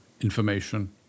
information